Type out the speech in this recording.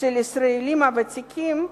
של ישראלים ותיקים,